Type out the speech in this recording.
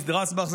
שנרצח בלינץ'